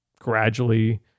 gradually